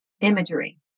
imagery